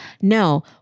No